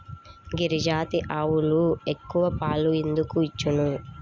గిరిజాతి ఆవులు ఎక్కువ పాలు ఎందుకు ఇచ్చును?